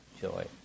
joy